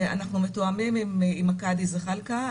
ואנחנו מתואמים עם הקאדי זחאלקה.